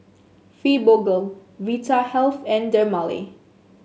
Fibogel Vitahealth and Dermale